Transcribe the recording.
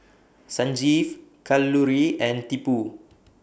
Sanjeev Kalluri and Tipu